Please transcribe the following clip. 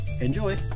Enjoy